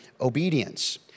obedience